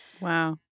Wow